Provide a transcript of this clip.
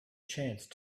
chance